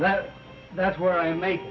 that that's where i make